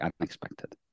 unexpected